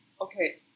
Okay